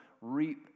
reap